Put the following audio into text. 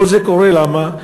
כל זה קורה למה?